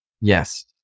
Yes